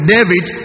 David